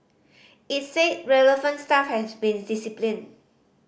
it said relevant staff has been disciplined